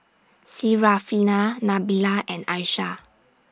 Syarafina Nabila and Aishah